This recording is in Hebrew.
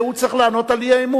הוא צריך לענות על האי-אמון,